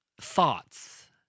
thoughts